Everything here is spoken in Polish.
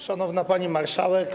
Szanowna Pani Marszałek!